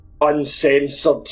uncensored